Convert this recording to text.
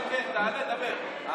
כן, כן, תעלה, דבר.